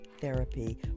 therapy